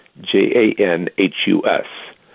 J-A-N-H-U-S